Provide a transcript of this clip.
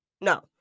no